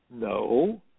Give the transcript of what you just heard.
No